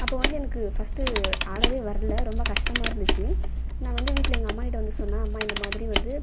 அப்போ வந்து எனக்கு ஃபர்ஸ்ட்டு ஆடவே வரலை ரொம்ப கஷ்டமாக இருந்துச்சு நான் வந்து வீட்டில் எங்கள் அம்மாகிட்ட வந்து சொன்னேன் அம்மா எனக்கு இது மாதிரி வந்து